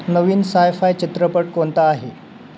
नवीन sci-fi चित्रपट कोणता आहे